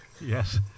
Yes